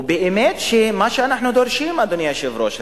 ובאמת זה מה שאנחנו דורשים, אדוני היושב-ראש.